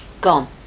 gone